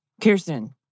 Kirsten